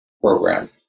program